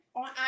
on